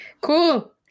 Cool